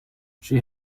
she